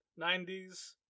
90s